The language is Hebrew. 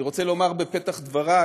אני רוצה לומר בפתח דברי